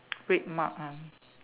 RedMart ah